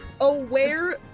Aware